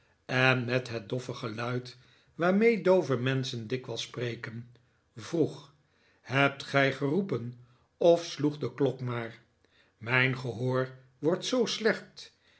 en met het doffe geluid waarmee doove menschen dikwijls spreken vroeg hebt gij geroepen of sloeg de klok maar mijn gehoor wordt zoo slecht